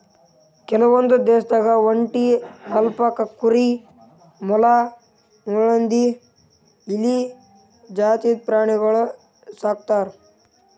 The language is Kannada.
ಕೆಲವೊಂದ್ ದೇಶದಾಗ್ ಒಂಟಿ, ಅಲ್ಪಕಾ ಕುರಿ, ಮೊಲ, ಮುಳ್ಳುಹಂದಿ, ಇಲಿ ಜಾತಿದ್ ಪ್ರಾಣಿಗೊಳ್ ಸಾಕ್ತರ್